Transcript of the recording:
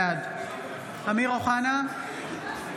בעד אמיר אוחנה,